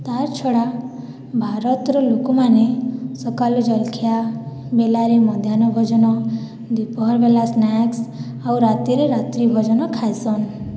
ତାର୍ ଛଡା ଭାରତର ଲୋକମାନେ ସକାଳୁ ଜଳଖିଆ ମଧ୍ୟାନ ଭୋଜନ ଦିପହର୍ ବେଳେ ସ୍ନେକସ୍ ଆଉ ରାତିରେ ରାତ୍ରି ଭୋଜନ ଖାଇଛନ୍